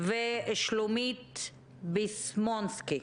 ושולמית ביסמנובסקי.